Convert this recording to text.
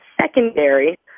secondary